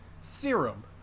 serum